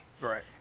Right